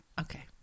Okay